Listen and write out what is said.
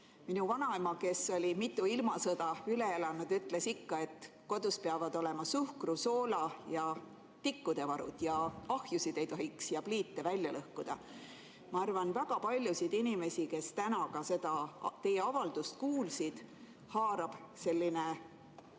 Minu vanaema, kes oli mitu ilmasõda üle elanud, ütles ikka, et kodus peavad olema suhkru‑, soola‑ ja tikuvarud ning ahjusid ega pliite ei tohiks välja lõhkuda. Ma arvan, et väga paljusid inimesi, kes täna seda teie avaldust kuulsid, haarab segadus.